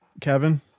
kevin